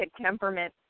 temperament